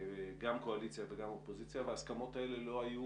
גם קואליציה וגם אופוזיציה וההסכמות האלה לא היו